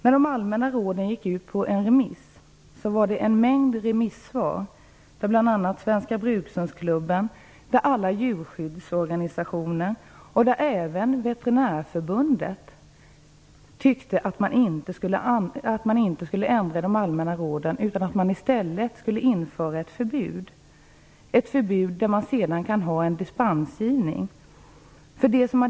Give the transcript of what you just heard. När de allmänna råden gick ut på remiss kom en mängd remissvar - bl.a. från Svenska brukshundsklubben, alla djurskyddsorganisationer och även Veterinärförbundet - som inte tyckte att man skulle ändra i de allmänna råden utan att man i stället skulle införa ett förbud med möjlighet till dispens.